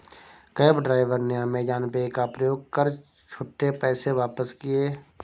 cab driver ने Amazon pay का प्रयोग कर छुट्टे पैसे वापस किए